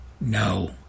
No